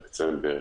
דצמבר,